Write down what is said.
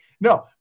No